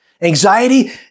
Anxiety